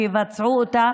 שיבצעו אותה,